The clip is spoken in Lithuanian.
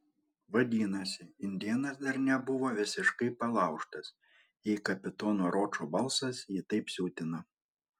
vadinasi indėnas dar nebuvo visiškai palaužtas jei kapitono ročo balsas jį taip siutino